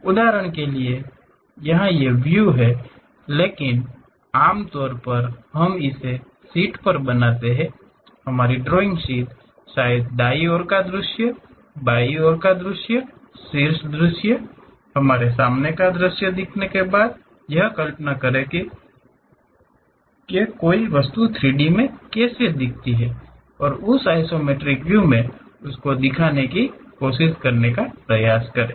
उदाहरण के लिए यहां ये व्यू हैं लेकिन आमतौर पर हम इसे शीट पर बनाते हैं हमारी ड्राइंग शीट शायद दाईं ओर के दृश्य बाईं ओर के दृश्य शीर्ष दृश्य हमारे सामने का दृश्य दिखाने के बाद यह कल्पना करने की कोशिश करें कि कोई वस्तु 3D में कैसी दिखती है और उस आइसोमेट्रिक व्यू में उसको दिखाने की कोशिस करने का प्रयास करें